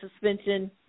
suspension